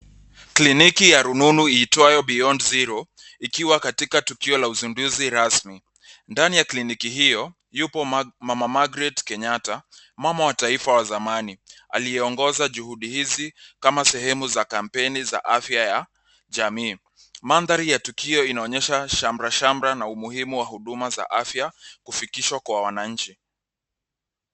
Kliniki ya rununu iitwayo Beyond Zero ikiwa katika tukio la uzunduzi rasmi. Ndani ya kliniki hiyo yupo Mama Margret Kenyatta. Mama wa taifa wa zamani aliyeongoza juhudi hizi kama sehemu za kampeni za afya ya jamii. Mandhari ya tukio inaonyesha shamrashamra na umuhimu wa huduma za afya kufikishwa kwa wananchi.